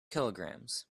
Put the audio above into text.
kilograms